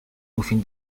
within